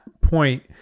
point